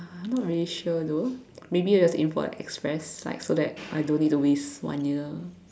I'm not really sure though maybe I just aim for like express like so that I don't need to waste one year